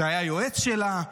שהיה יועץ שלה.